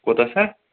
کوتاہ سا